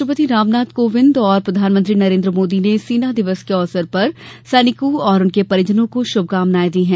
राष्ट्रपति रामनाथ कोविंद और प्रधानमंत्री नरेन्द्र मोदी ने सेना दिवस के अवसर पर सैनिकों और उनके परिजनों को शुभकामनाए दी हैं